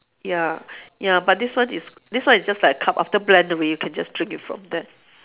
ya ya but this one is this one is just like cup after blend already you can just drink it from there